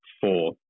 four